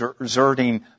exerting